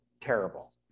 terrible